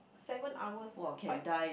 seven hours quite